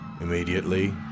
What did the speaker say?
Immediately